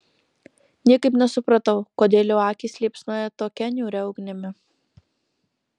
niekaip nesupratau kodėl jo akys liepsnoja tokia niūria ugnimi